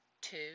Two